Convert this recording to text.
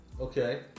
Okay